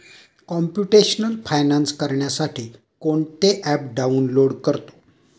computational finance करण्यासाठी कोणते app download करतो